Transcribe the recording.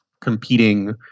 competing